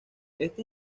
este